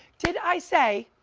did i say,